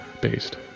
based